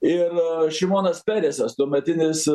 ir šimonas peresis tuometinis